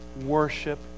worship